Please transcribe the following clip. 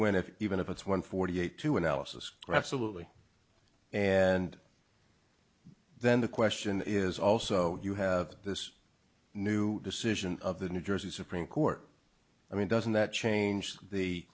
went if even if it's one forty eight to analysis absolutely and then the question is also you have this new decision of the new jersey supreme court i mean doesn't that change the